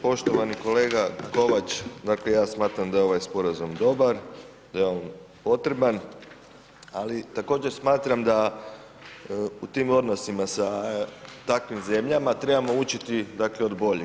Poštovani kolega Kovač, dakle ja smatram da je ovaj sporazum dobar, da je on potreban ali također smatram da u tim odnosima sa takvim zemljama trebamo učiti dakle od boljih.